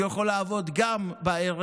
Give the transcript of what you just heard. כי הוא יכול לעבוד גם בערב,